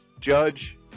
Judge